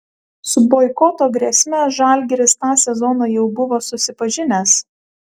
su boikoto grėsme žalgiris tą sezoną jau buvo susipažinęs